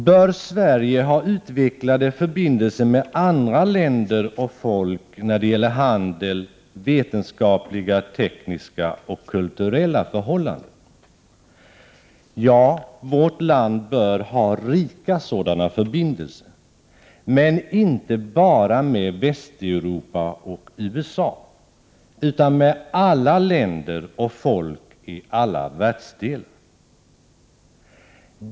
Bör Sverige ha utvecklade förbindelser med andra länder och folk när det gäller handel, vetenskapliga, tekniska och kulturella förhållanden? Ja, vårt land bör ha rika sådana förbindelser, inte bara med Västeuropa och USA, utan med alla länder och folk i alla världsdelar.